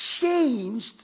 changed